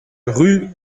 rue